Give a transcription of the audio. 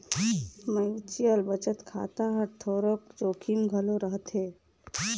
mutual बचत खाता हर थोरोक जोखिम घलो रहथे